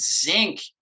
zinc